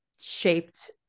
shaped